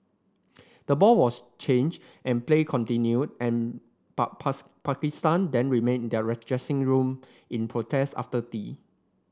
the ball was change and play continued and but Pakistan then remained their dressing room in protest after tea